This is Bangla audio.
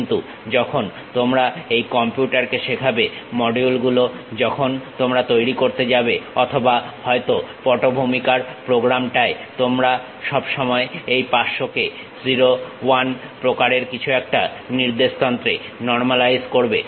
কিন্তু যখন তোমরা এটা কম্পিউটারকে শেখাবে মডিউলগুলো যখন তোমরা তৈরি করতে যাবে অথবা হয়তো পটভূমিকার প্রোগ্রাম টায় তোমরা সব সময় এই 500 কে 0 1 প্রকারের কিছু একটা নির্দেশ তন্ত্রে নর্মালাইজ করবে